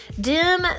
dim